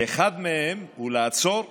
אחד מהם הוא לעצור ולחשוב.